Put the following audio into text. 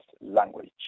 language